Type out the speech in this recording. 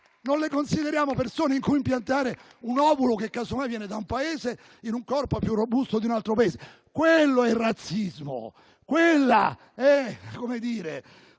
non le consideriamo persone in cui impiantare un ovulo, che casomai viene da un Paese, in un corpo più robusto di un altro Paese. Quello è razzismo, quella è una